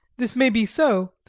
this may be so,